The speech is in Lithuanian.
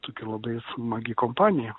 tokia labai smagi kompanija